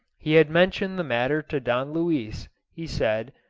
he had mentioned the matter to don luis, he said,